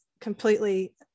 completely